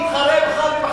אני לא מתחרה בך.